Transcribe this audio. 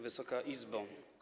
Wysoka Izbo!